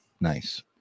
Nice